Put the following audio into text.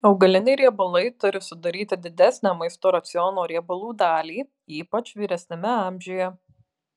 augaliniai riebalai turi sudaryti didesnę maisto raciono riebalų dalį ypač vyresniame amžiuje